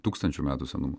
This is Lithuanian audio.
tūkstančių metų senumo